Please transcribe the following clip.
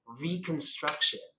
Reconstruction